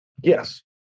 Yes